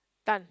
done